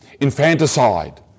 infanticide